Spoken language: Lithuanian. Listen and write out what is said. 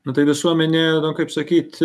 nu tai visuomenė kaip sakyt